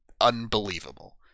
unbelievable